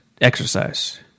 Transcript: exercise